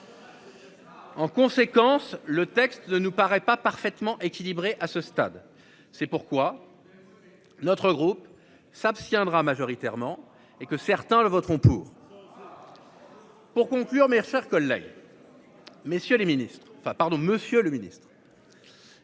En conséquence, le texte ne nous paraît pas parfaitement équilibré à ce stade c'est pourquoi. Notre groupe s'abstiendra majoritairement et que certains le voteront pour. Pour conclure, mes chers collègues. Messieurs les ministres, enfin pardon monsieur le Ministre.--